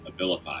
Abilify